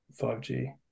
5G